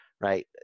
right